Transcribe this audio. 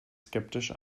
skeptisch